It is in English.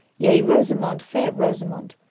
yea rosamonde, fair rosamonde,